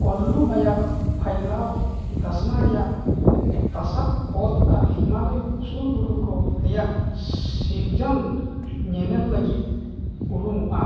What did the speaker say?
ᱠᱳᱞᱞᱩ ᱟᱭᱟᱜ ᱯᱷᱟᱭᱞᱟᱣ ᱫᱷᱟᱥᱱᱟ ᱨᱮᱭᱟᱜ ᱛᱟᱥᱟᱫ ᱚᱛ ᱟᱨ ᱦᱤᱢᱟᱞᱚᱭ ᱩᱥᱩᱞ ᱵᱩᱨᱩ ᱠᱚ ᱨᱮᱭᱟᱜ ᱥᱤᱨᱡᱚᱱ ᱧᱮᱱᱮᱞ ᱞᱟᱹᱜᱤᱫ ᱩᱨᱩᱢᱚᱜᱼᱟ